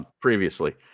previously